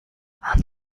and